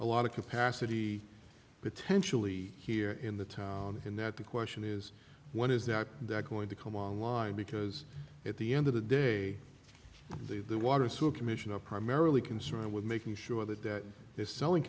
a lot of capacity potentially here in the in that the question is when is that they're going to come on line because at the end of the day they the water so commission are primarily concerned with making sure that that they're selling